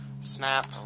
snap